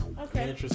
Okay